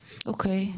אוקיי.